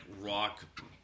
rock